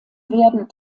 werden